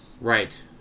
Right